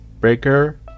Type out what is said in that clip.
Breaker